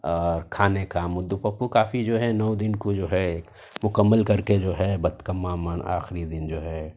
اور کھانے کا مدو پپو کافی جو ہے نو دن کو جو ہے مکمل کر کے جو ہے بتکماں من آخری دن جو ہے